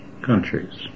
countries